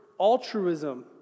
altruism